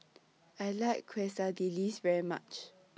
I like Quesadillas very much